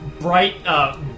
bright